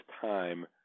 time